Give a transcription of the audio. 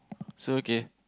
so okay